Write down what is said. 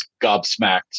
gobsmacked